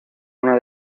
una